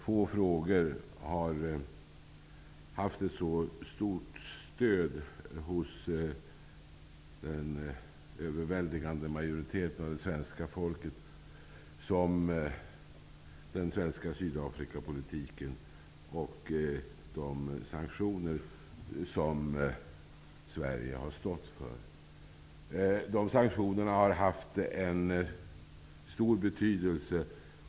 Få frågor har haft ett så stort stöd hos den överväldigande majoriteten av det svenska folket som den svenska Sydafrikapolitiken och de sanktioner som Sverige har stått för. De sanktionerna har haft en stor betydelse.